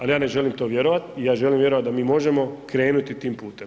Ali ja ne želim to vjerovat, ja želim vjerovat da mi možemo krenuti tim putem.